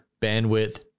bandwidth